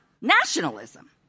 nationalism